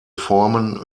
formen